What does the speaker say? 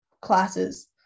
classes